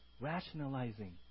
rationalizing